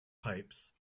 pipes